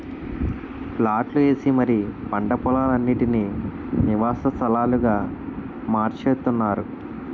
ప్లాట్లు ఏసి మరీ పంట పోలాలన్నిటీనీ నివాస స్థలాలుగా మార్చేత్తున్నారు